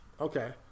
Okay